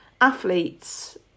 athletes –